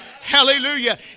hallelujah